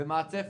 ומה הצפי?